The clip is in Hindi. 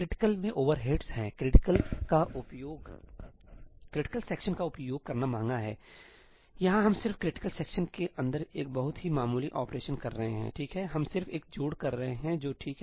क्रिटिकल में ओवरहेड्स हैंक्रिटिकल सेक्शनका उपयोग करना महंगा हैयहाँ हम सिर्फ क्रिटिकल सेक्शन के अंदर एक बहुत ही मामूली ऑपरेशन कर रहे हैं ठीक है हम सिर्फ एक जोड़ कर रहे हैं जो ठीक है